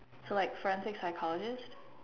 so like forensic psychologist